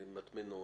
ומטמנות.